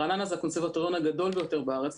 רעננה זה הקונסרבטוריון הגדול ביותר בארץ.